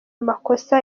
makosa